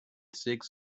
six